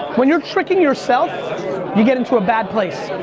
when you are tricking yourself you get into a bad place.